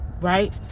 Right